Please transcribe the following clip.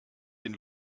den